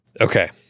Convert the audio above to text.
Okay